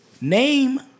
Name